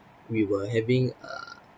we were having err